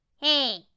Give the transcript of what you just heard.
hey